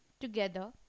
together